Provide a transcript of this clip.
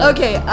Okay